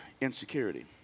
insecurity